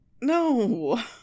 No